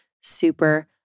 super